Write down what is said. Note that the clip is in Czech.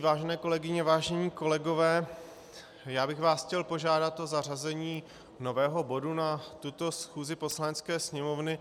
Vážené kolegyně, vážení kolegové, chtěl bych vás požádat o zařazení nového bodu na tuto schůzi Poslanecké sněmovny.